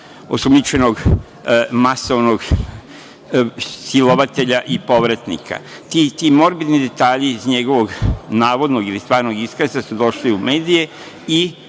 osumnjičenog masovnog silovatelja i povratnika. Ti morbidni detalji iz njegovog navodnog ili stvarnog iskaza su došli u medije i